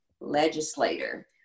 legislator